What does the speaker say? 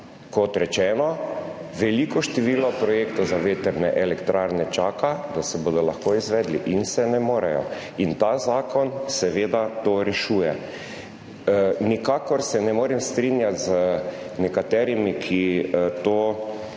kot rečeno, veliko število projektov za vetrne elektrarne čaka, da se bodo lahko izvedli in se ne morejo in ta zakon seveda to rešuje. Nikakor se ne morem strinjati z nekaterimi, ki ste to